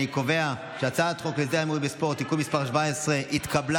אני קובע שהצעת חוק להסדר ההימורים בספורט (תיקון מס' 17) התקבלה